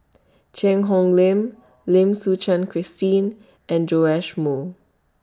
Cheang Hong Lim Lim Suchen Christine and Joash Moo